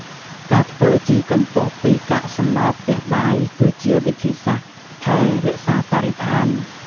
ការធ្វើជីកំប៉ុស្តពីកាកសំណល់ផ្ទះបាយ គឺជាវិធីសាស្ត្រថែរក្សាបរិស្ថាន។